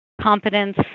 competence